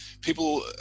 people